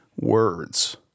Words